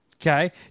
Okay